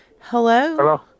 Hello